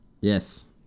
Yes